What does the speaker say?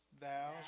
Thou